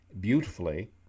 beautifully